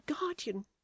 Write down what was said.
guardian